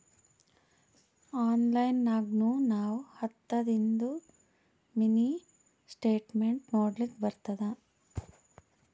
online ನಾಗ್ನು ನಾವ್ ಹತ್ತದಿಂದು ಮಿನಿ ಸ್ಟೇಟ್ಮೆಂಟ್ ನೋಡ್ಲಕ್ ಬರ್ತುದ